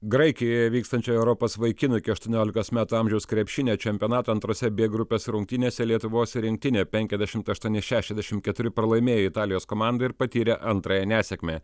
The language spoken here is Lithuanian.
graikijoje vykstančio europos vaikinų iki aštuoniolikos metų amžiaus krepšinio čempionato antrose b grupės rungtynėse lietuvos rinktinė penkiasdešimt aštuoni šešiasdešim keturi pralaimėjo italijos komandai ir patyrė antrąją nesėkmę